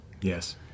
Yes